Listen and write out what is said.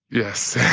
yes.